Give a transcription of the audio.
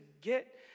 get